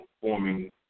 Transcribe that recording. forming